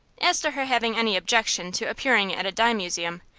as to her having any objection to appearing at a dime museum,